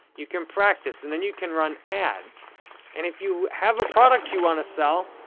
you can practice and then you can run ads and if you have a product you want to sell,